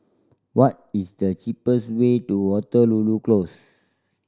what is the cheapest way to Waterloo Close